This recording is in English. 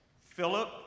Philip